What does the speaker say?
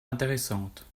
intéressante